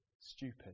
stupid